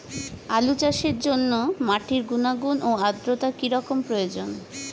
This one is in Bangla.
আলু চাষের জন্য মাটির গুণাগুণ ও আদ্রতা কী রকম প্রয়োজন?